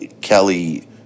Kelly